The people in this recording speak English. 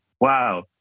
Wow